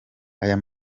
aya